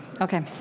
Okay